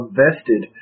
vested